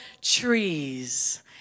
Trees